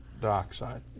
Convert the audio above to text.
dioxide